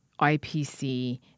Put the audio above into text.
IPC